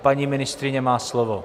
Paní ministryně má slovo.